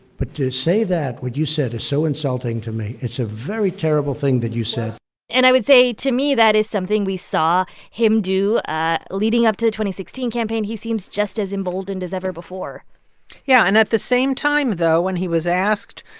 but to say that, what you said, is so insulting to me. it's a very terrible thing that you said and i would say to me, that is something we saw him do ah leading up to the sixteen campaign. he seems just as emboldened as ever before yeah, and at the same time, though, when he was asked,